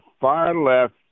far-left